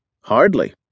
Hardly